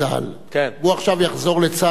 הוא יקבל גם את הגמלה וגם משכורת?